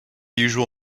usual